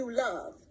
love